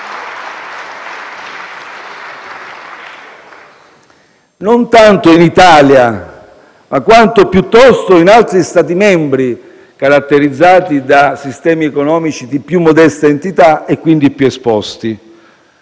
non tanto in Italia, ma semmai in altri Stati membri caratterizzati da sistemi economici di più modesta entità e, quindi, più esposti.